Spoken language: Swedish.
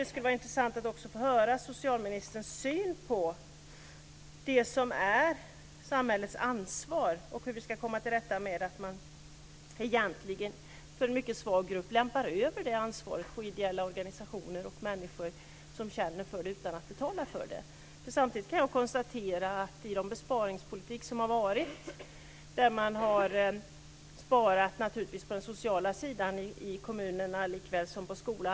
Det skulle vara intressant att få höra socialministerns syn på vad som är samhällets ansvar och hur vi ska komma till rätta med hur man utan att betala för det lämpar över ansvaret för en mycket svag grupp på ideella organisationer och människor som känner för det. I den besparingspolitik som har varit har kommunerna sparat på den sociala sidan likväl som på skolan.